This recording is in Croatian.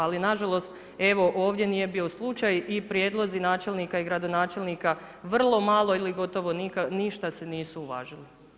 Ali, nažalost, evo, ovdje nije bio slučaj i prijedlozi načelnika i gradonačelnika vrlo malo ili gotovo ništa se nisu uvažili.